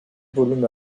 volume